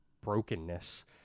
brokenness